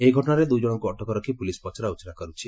ଏହି ଘଟଣାରେ ଦୁଇଜଣଙ୍କୁ ଅଟକ ରଖ୍ ପୁଲିସ ପଚରାଉଚୁରା କରୁଛି